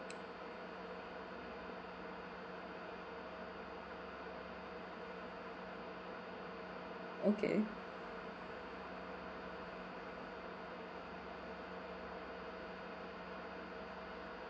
okay